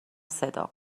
صدا